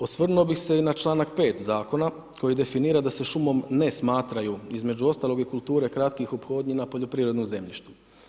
Osvrnuo bi se i na čl.5 zakona, koji definira, da se šumom, ne smatraju između ostaloga i kulture kratkih ophodnji na poljoprivrednom zemljištu.